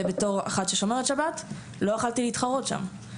בתור אחת ששומרת שבת לא יכולתי להתחרות שם.